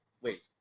wait